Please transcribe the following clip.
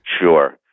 Sure